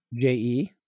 J-E